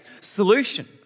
solution